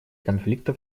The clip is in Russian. конфликта